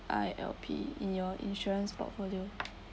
I_L_P in your insurance portfolio